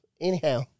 anyhow